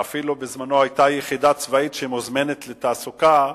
ואפילו יחידה צבאית שמוזמנת לתעסוקה,